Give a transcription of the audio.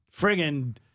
friggin